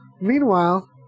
meanwhile